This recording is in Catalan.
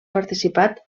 participat